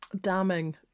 Damning